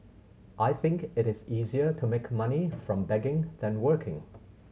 I think it is easier to make money from begging than working